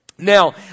Now